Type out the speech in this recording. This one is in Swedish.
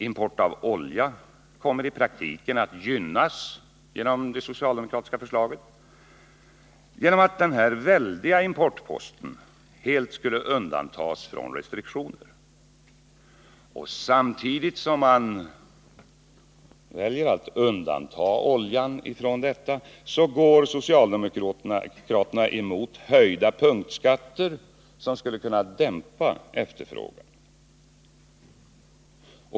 Import av olja kommer i praktiken att gynnas av det socialdemokratiska förslaget genom att den här väldiga importposten helt skulle undantas från restriktioner. Samtidigt som socialdemokraterna väljer att undanta oljan, går de emot höjda punktskatter som skulle kunna dämpa efterfrågan.